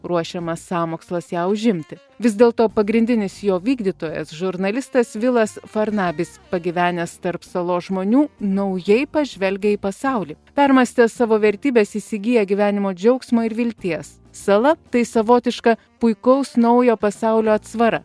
ruošiamas sąmokslas ją užimti vis dėlto pagrindinis jo vykdytojas žurnalistas vilas farnabis pagyvenęs tarp salos žmonių naujai pažvelgia į pasaulį permąstęs savo vertybes jis įgyja gyvenimo džiaugsmo ir vilties sala tai savotiška puikaus naujo pasaulio atsvara